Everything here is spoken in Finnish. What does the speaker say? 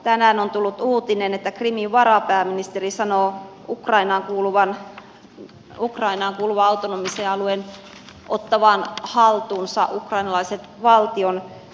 tänään on tullut uutinen että krimin varapääministeri sanoo ukrainaan kuuluvan autonomisen alueen ottavan haltuunsa ukrainalaiset valtionyhtiöt